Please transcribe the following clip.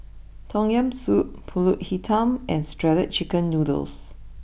Tom Yam Soup Pulut Hitam and shredded Chicken Noodles